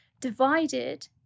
divided